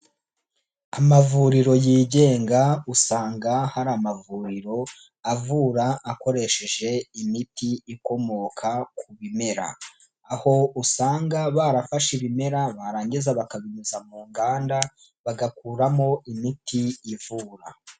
Amavuriro yigenga usanga hari amavuriro avura akoresheje imiti ikomoka ku bimera. Aho usanga barafashe ibimera barangiza bakabinyuza mu nganda, bagakuramo imiti ivura.